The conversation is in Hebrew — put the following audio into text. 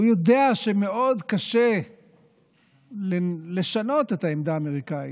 הוא יודע שמאוד קשה לשנות את העמדה האמריקאית.